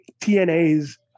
TNA's